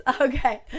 Okay